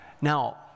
Now